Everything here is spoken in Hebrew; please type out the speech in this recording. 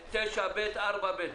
כי מדובר באתר חדש,